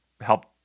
help